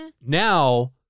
Now